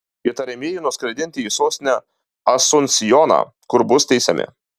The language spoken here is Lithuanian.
įtariamieji nuskraidinti į sostinę asunsjoną kur bus teisiami